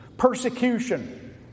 Persecution